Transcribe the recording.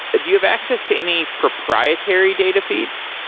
ah do you have access to any proprietary data feeds?